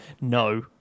no